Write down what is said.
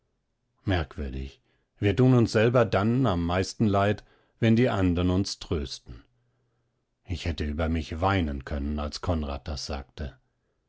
merkwürdig wir tun uns selber dann am meisten leid wenn die andern uns trösten ich hätte über mich weinen können als konrad das sagte